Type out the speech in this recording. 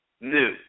new